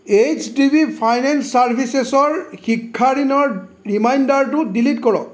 H D B finance চাৰ্ভিচেছৰ শিক্ষা ঋণৰ ৰিমাইণ্ডাৰটো ডিলিট কৰক